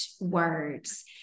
words